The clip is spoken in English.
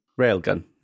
Railgun